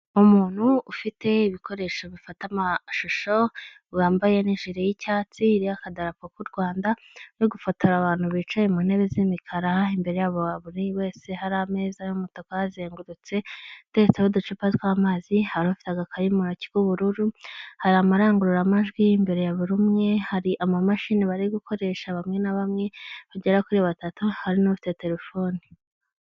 Umuntu ufite ibikoresho bifata amashusho wambaye n'ijiri y'icyatsi, iriho akadarapo k'u Rwanda, urigufotora abantu bicaye mu ntebe z'imikara, imbere yabo buri wese hari ameza y'umutaka ahazengurutse ateretseho uducupa tw'amazi, hari ufite agakayi mu ntoki k'ubururu, hari amarangurura majwi imbere ya buri umwe, hari amamashini barigukoresha bamwe na bamwe bagera kuri batatu, hari n'ufite telefoni.